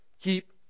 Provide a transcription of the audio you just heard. keep